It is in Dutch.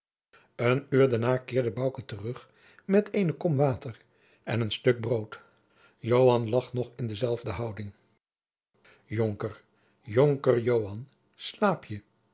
een uur daarna keerde bouke terug met eene kom water en een stuk brood joan lag nog in dezelfde houding jonker jonker joan slaap je